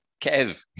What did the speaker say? Kev